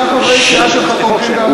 חמישה חברי סיעה שלך תומכים בהעלאת אחוז החסימה.